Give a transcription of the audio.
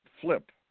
flip